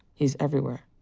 he's everywhere.